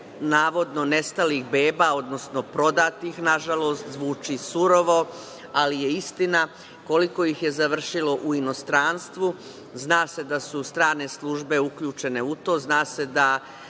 navodno nestalih beba, odnosno prodatih, nažalost, zvuči surovo, ali je istina, koliko ih je završilo u inostranstvu. Zna se da su strane službe uključene u to, zna se da